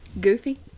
Goofy